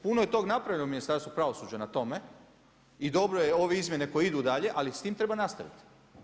Puno je toga napravljeno u Ministarstvu pravosuđa na tome i dobro je, ove izmjene koje idu dalje ali s time treba nastaviti.